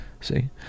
See